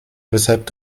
weshalb